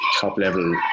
top-level